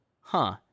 huh